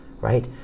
right